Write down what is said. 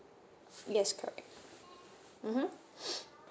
yes correct mmhmm